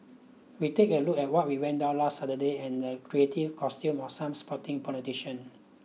we take a look at what we went down last Saturday and the creative costume of some sporting politician